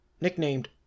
Nicknamed